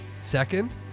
Second